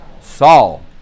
Saul